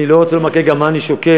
אני לא רוצה לומר מה אני שוקל,